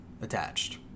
Attached